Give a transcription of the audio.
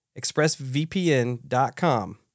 expressvpn.com